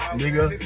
nigga